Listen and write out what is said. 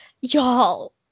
y'all